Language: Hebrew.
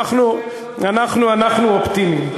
אנחנו אופטימיים.